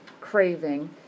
craving